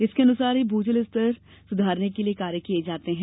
इसके अनुसार ही भूजल स्तर सुधारने के लिए कार्य किए जाते हैं